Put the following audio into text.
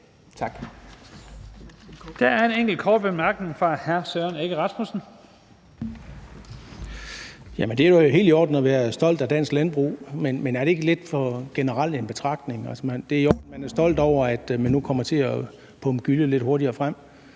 Der er en enkelt kort bemærkning fra hr. Søren Egge Rasmussen. Kl. 15:16 Søren Egge Rasmussen (EL): Det er jo helt i orden at være stolt af dansk landbrug, men er det ikke lidt for generel en betragtning? Det er i orden, at man er stolt over, at der nu kan pumpes gylle lidt hurtigere ud,